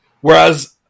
whereas